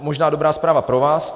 Možná dobrá zpráva pro vás.